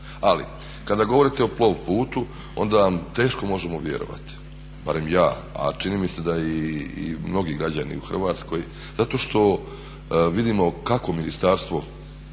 Ali kada govorite o Plovputu onda vam teško možemo vjerovati, barem ja a čini mi se da i mnogi građani u Hrvatskoj zato što vidimo kako ministarstvo